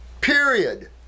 period